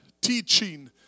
teaching